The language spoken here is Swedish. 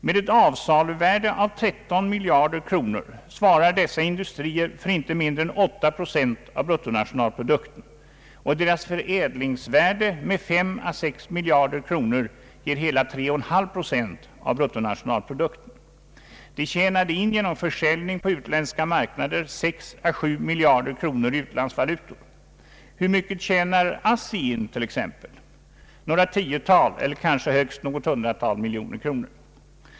Med ett avsaluvärde av 13 miljarder kronor svarar dessa industrier för inte mindre än 8 procent av bruttonationalprodukten, och deras förädlingsvärde med 5 å 6 miljarder kronor ger hela 3,5 procent av bruttonationalprodukten. De tjänade in genom försäljning på utländska marknader 6 å 7 miljarder kronor i utlandsvalutor. Hur mycket tjänar t.ex. ASSI in? Några tiotal eller kanske högst något hundratal miljoner kronor.